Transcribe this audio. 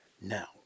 Now